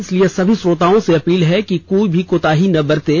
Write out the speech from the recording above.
इसलिए सभी श्रोताओं से अपील है कि कोई भी कोताही ना बरतें